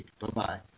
Bye-bye